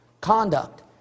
Conduct